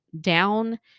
down